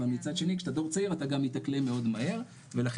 אבל מצד שני כשאתה דור צעיר אתה גם מתאקלם